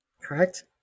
Correct